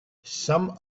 some